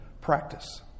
practice